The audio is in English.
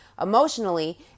emotionally